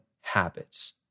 habits